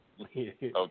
Okay